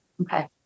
Okay